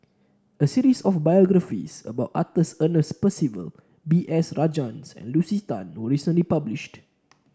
a series of biographies about Arthur Ernest Percival B S Rajhans and Lucy Tan was recently published